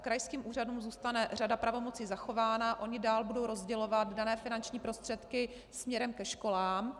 Krajským úřadům zůstane řada pravomocí zachována, dál budou rozdělovat dané finanční prostředky směrem ke školám.